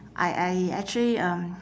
I I actually um